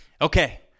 Okay